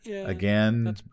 Again